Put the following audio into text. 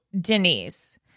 denise